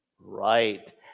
right